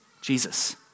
Jesus